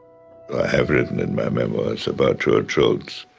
have written in my memoirs about george shultz